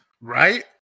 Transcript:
right